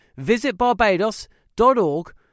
visitbarbados.org